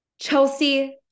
Chelsea